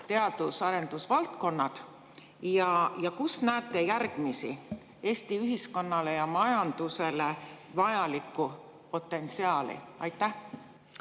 teadus‑ ja arendusvaldkonnad. Kus näete järgmist Eesti ühiskonnale ja majandusele vajalikku potentsiaali? Aitäh,